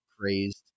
crazed